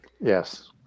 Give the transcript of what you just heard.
yes